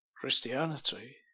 Christianity